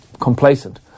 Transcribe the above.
complacent